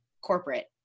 corporate